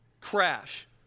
crash